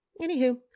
anywho